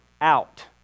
out